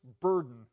burden